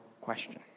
question